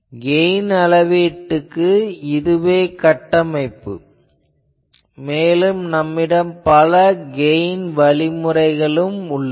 gain அளவீட்டுக்கு இதுவே கட்டமைப்பு மேலும் நம்மிடம் பல்வேறு கெயின் அளவீடு வழிமுறைகள் உள்ளன